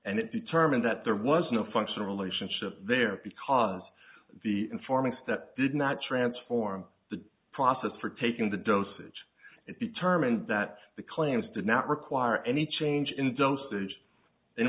and it determined that there was no functional relationship there because the informing step did not transform the process for taking the dosage it determined that the claims did not require any change in dosage in